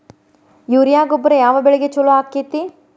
Urea ಗೊಬ್ಬರ ಯಾವ ಬೆಳಿಗೆ ಛಲೋ ಆಕ್ಕೆತಿ?